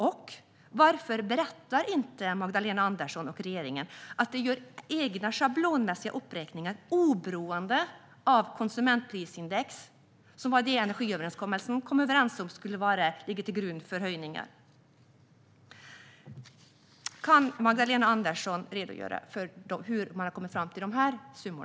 Och varför berättar inte Magdalena Andersson och regeringen att de gör egna schablonmässiga uppräkningar oberoende av konsumentprisindex, som vi i energiöverenskommelsen kom överens om skulle ligga till grund för höjningar? Kan Magdalena Andersson redogöra för hur man har kommit fram till dessa summor?